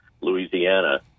Louisiana